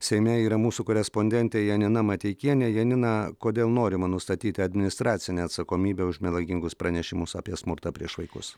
seime yra mūsų korespondentė janina mateikienė janina kodėl norima nustatyti administracinę atsakomybę už melagingus pranešimus apie smurtą prieš vaikus